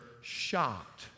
shocked